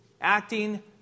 Acting